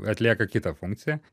atlieka kitą funkciją